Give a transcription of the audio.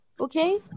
okay